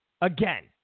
again